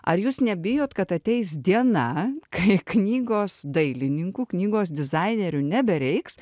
ar jūs nebijot kad ateis diena kai knygos dailininkų knygos dizainerių nebereiks